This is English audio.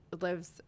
lives